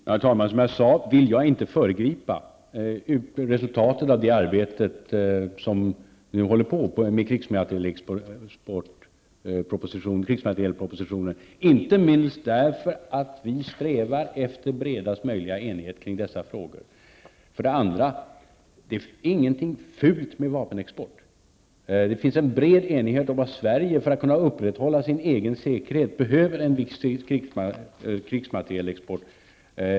Herr talman! Som jag sade vill jag inte föregripa resultatet av det arbete som nu pågår med propositionen om krigsmaterielexport, inte minst därför att vi strävar efter bredaste möjliga enighet kring dessa frågor. Det är ingenting fult med vapenexport. Det finns en bred enighet om att Sverige, för att kunna upprätthålla sin egen säkerhet, behöver en viss krigsmaterielexport.